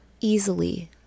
easily